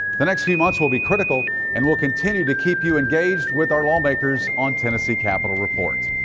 the next few months will be critical and we'll continue to keep you engaged with our lawmakers on tennessee capitol report.